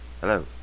Hello